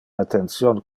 attention